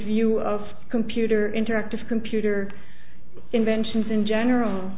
view of computer interactive computer inventions in general